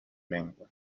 lengua